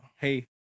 Hey